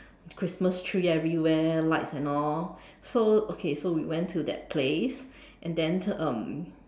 Christmas tree everywhere lights and all so okay so we went to that place and then um